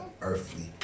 earthly